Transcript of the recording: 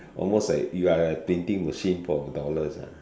almost like you are a printing machine for dollars ah